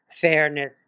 fairness